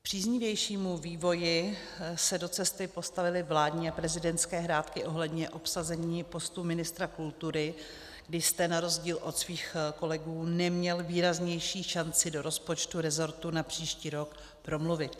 Příznivějšímu vývoji se do cesty postavily vládní a prezidentské hrátky ohledně obsazení postu ministra kultury, kdy jste na rozdíl od svých kolegů neměl výraznější šanci do rozpočtu resortu na příští rok promluvit.